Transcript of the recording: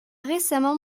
récemment